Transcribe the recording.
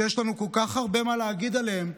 שיש לנו כל כך הרבה מה להגיד עליהם,